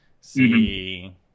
see